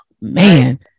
man